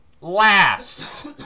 last